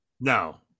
No